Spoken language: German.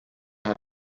hat